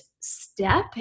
Step